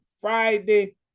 Friday